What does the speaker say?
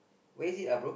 where is it are pro